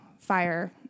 fire